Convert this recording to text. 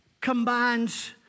combines